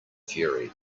fury